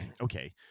okay